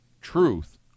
truth